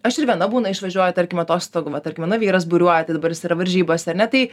aš ir viena būna išvažiuoju tarkim atostogų va tarkim mano vyras buriuoja tai dabar jis yra varžybose ar ne tai